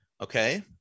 okay